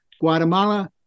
Guatemala